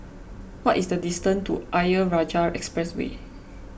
what is the distance to Ayer Rajah Expressway